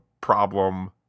problem